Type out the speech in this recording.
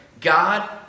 God